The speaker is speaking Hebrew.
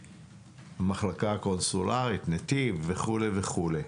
המחלקה הקונסולרית, נתיב וכו' וכו'.